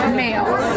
males